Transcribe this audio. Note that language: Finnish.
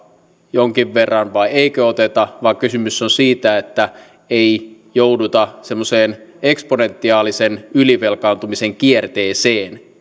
jonkin verran vai eikö oteta vaan kysymys on siitä että ei jouduta semmoiseen eksponentiaalisen ylivelkaantumisen kierteeseen